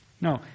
No